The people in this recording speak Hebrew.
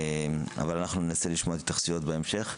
אבל אנחנו ננסה לשמוע את ההתייחסויות בהמשך.